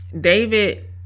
David